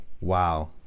wow